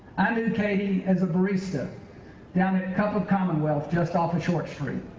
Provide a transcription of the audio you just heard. i knew katie as a barista down at cup of commonwealth just off of short street.